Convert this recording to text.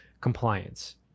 compliance